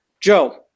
Joe